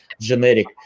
generic